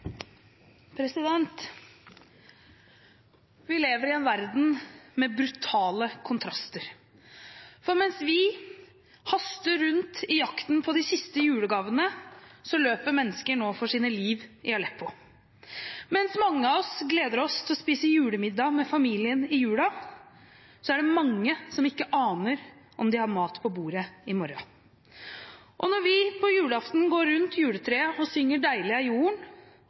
Vi lever i en verden med brutale kontraster. Mens vi haster rundt i jakten på de siste julegavene, løper mennesker for sine liv i Aleppo. Mens mange av oss gleder seg til å spise julemiddag med familien i julen, er det mange som ikke aner om de har mat på bordet i morgen. Og når vi på julaften går rundt juletreet og synger «deilig er jorden»,